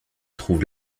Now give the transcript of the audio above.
trouve